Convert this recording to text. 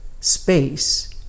space